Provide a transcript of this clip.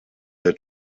der